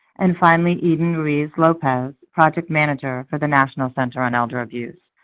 and finally eden ruiz-lopez, project manager for the national center on elder abuse.